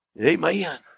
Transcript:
Amen